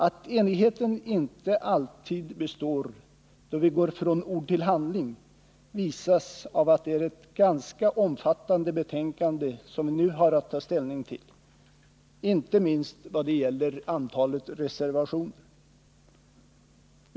Att enigheten inte alltid består då vi går från ord till handling visas av att det är ett ganska omfattande betänkande som vi nu har att ta ställning till, inte minst vad gäller antalet reservationer.